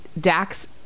Dax